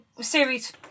series